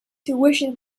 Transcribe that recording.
tuition